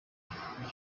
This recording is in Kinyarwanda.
mwana